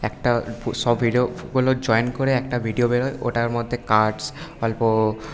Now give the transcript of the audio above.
একটা সব ভিডিওগুলো জয়েন করে একটা ভিডিও বেরায় ওটার মধ্যে অল্প